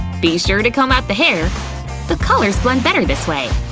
be sure to comb out the hair the colors blend better this way.